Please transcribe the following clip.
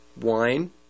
wine